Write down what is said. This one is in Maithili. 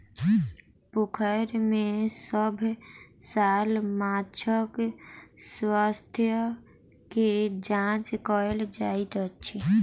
पोखैर में सभ साल माँछक स्वास्थ्य के जांच कएल जाइत अछि